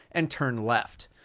and turn left.